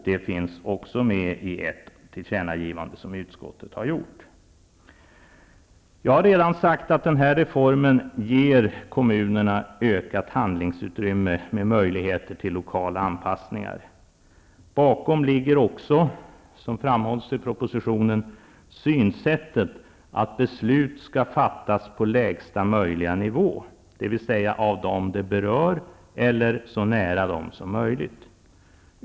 Det finns också med i ett tillkännagivande som utskottet har gjort. Jag har redan sagt att denna reform ger kommunerna ökat handlingsutrymme med möjligheter till lokala anpassningar. Bakom ligger också, som framhålls i propositionen, synsättet att beslut skall fattas på lägsta möjliga nivå, dvs. av dem det berör eller så nära dem som möjligt.